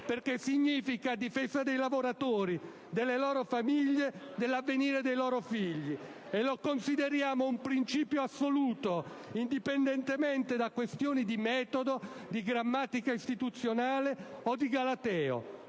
perché significa difesa dei lavoratori, delle loro famiglie, dell'avvenire dei loro figli. E lo consideriamo un principio assoluto, indipendentemente da questioni di metodo, di grammatica istituzionale e di galateo;